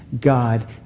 God